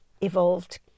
evolved